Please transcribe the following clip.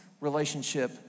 relationship